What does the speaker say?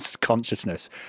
consciousness